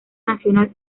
nacional